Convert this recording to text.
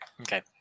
Okay